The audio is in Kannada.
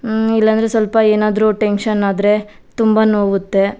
ಇಲ್ಲಾಂದರೆ ಸ್ವಲ್ಪ ಏನಾದರೂ ಟೆನ್ಶನ್ ಆದರೆ ತುಂಬ ನೋವುತ್ತೆ